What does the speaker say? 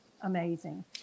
amazing